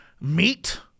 meat